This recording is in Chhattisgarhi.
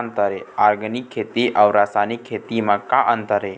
ऑर्गेनिक खेती अउ रासायनिक खेती म का अंतर हे?